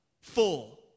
full